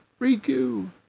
Riku